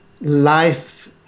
life